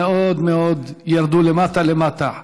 מאוד מאוד ירדו למטה למטה.